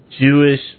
Jewish